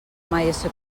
mysql